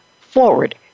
forward